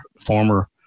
former